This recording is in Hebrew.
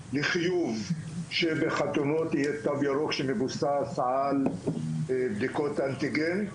נגיע לחיוב שבחתונות יהיה תו ירוק שמבוסס על בדיקות אנטיגן.